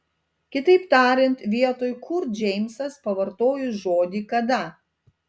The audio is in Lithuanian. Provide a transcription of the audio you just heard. kitaip tariant vietoj kur džeimsas pavartojo žodį kada